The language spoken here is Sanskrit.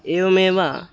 एवमेव